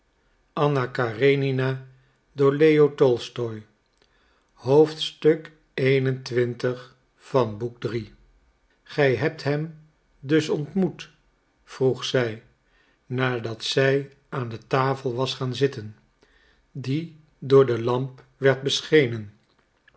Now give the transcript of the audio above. gij hebt hem dus ontmoet vroeg zij nadat zij aan de tafel was gaan zitten die door de lamp werd beschenen